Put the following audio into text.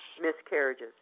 miscarriages